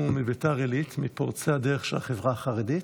הוא מביתר עילית, מפורצי הדרך של החברה החרדית.